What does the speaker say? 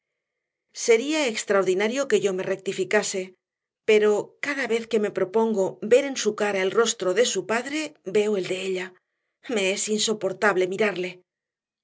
sería extraordinario que yo me rectificase pero cada vez que me propongo ver en su cara el rostro de su padre veo el de ella me es insoportable mirarle